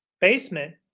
basement